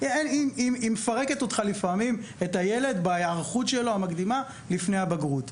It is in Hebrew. היא לפעמים מפרקת את הילד בהיערכות המקדימה שלו לפני הבגרות.